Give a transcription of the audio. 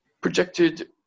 projected